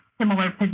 similar